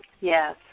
yes